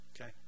Okay